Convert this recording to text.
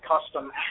custom